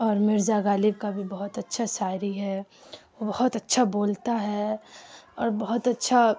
اور مرزا غالب کا بھی بہت اچھا شاعری ہے بہت اچھا بولتا ہے اور بہت اچھا